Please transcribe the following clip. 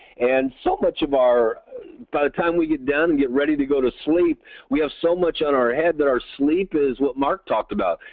and so much of our, by the time we get done, get ready to go to sleep we have so much in our heads, that our sleep is what mark talked about.